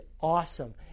awesome